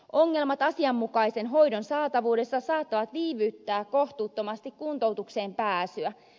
ongelmat asianmukaisen hoidon saatavuudessa saattavat viivyttää kohtuuttomasti kuntoutukseen pääsyä